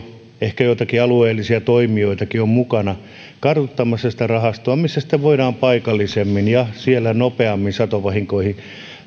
ehkä joitakin alueellisia toimijoitakin on mukana kartuttamassa sitä rahastoa missä voidaan paikallisemmin ja nopeammin satovahinkoihin reagoida